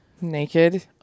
Naked